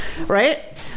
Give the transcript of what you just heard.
right